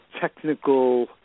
technical